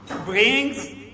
brings